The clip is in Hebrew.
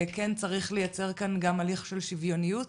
וכן צריך לייצר כאן גם הליך של שוויוניות.